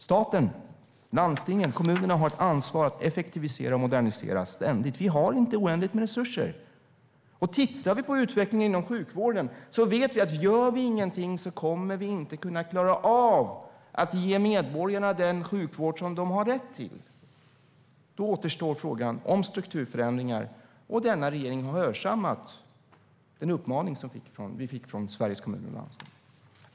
Staten, landstingen och kommunerna har ett ansvar att ständigt effektivisera och modernisera. Vi har inte oändligt med resurser. Och tittar vi på utvecklingen inom sjukvården ser vi att gör vi ingenting kommer vi inte att klara av att ge medborgarna den sjukvård som de har rätt till. Då återstår frågan om strukturförändringar, och denna regering har hörsammat den uppmaning vi fick av Sveriges Kommuner och Landsting.